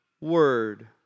word